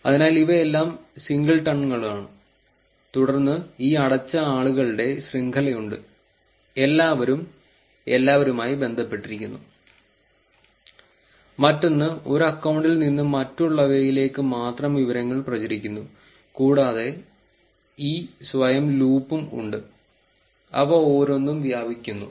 അതിനാൽ ഇവയെല്ലാം സിംഗിൾടണുകളാണ് തുടർന്ന് ഈ അടച്ച ആളുകളുടെ മറ്റൊന്ന് ഒരു അക്കൌണ്ടിൽ നിന്ന് മറ്റുള്ളവയിലേക്ക് മാത്രം വിവരങ്ങൾ പ്രചരിക്കുന്നു കൂടാതെ ഈ സ്വയം ലൂപ്പും ഉണ്ട് അവ ഓരോന്നും വ്യാപിക്കുന്നു